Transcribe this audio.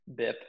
BIP